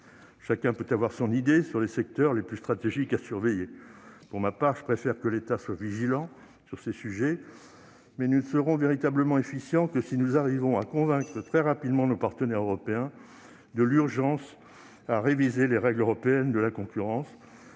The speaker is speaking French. Chacun peut avoir son idée sur les secteurs les plus stratégiques à surveiller. Pour ma part, je préfère que l'État soit vigilant sur ces sujets. Mais nous ne serons véritablement efficients que si nous arrivons à convaincre très rapidement nos partenaires européens de l'urgence à réviser les règles européennes de la concurrence.